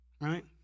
Right